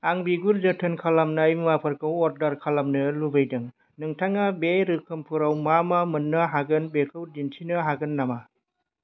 आं बिगुर जोथोन खालामनाय मुवाफोरखौ अर्डार खालामनो लुबैदों नोंथाङा बे रोखोमफोराव मा मा मोन्नो हागोन बेखौ दिन्थिनो हागोन नामा